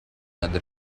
other